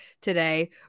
today